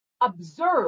observe